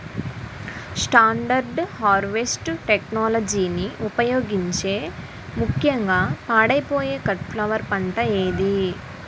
Standard harvest టెక్నాలజీని ఉపయోగించే ముక్యంగా పాడైపోయే కట్ ఫ్లవర్ పంట ఏది?